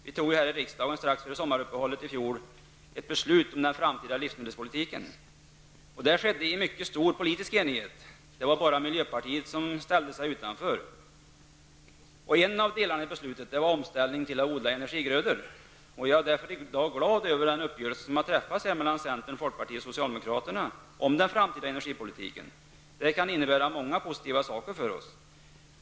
Vi fattade ju här i riksdagen strax före sommaruppehållet i fjol ett beslut om den framtida livsmedelspolitiken. Detta skedde i mycket stor politisk enighet. Det var bara miljöpartiet som ställde sig utanför. En av delarna i beslutet gällde en omställning till odling av energigrödor. Jag är därför i dag glad över den uppgörelse som har träffats mellan centern, folkpartiet och socialdemokraterna om den framtida energipolitiken. Detta kan innebära många positiva saker för oss.